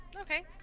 Okay